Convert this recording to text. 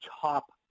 top